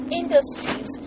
industries